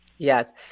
yes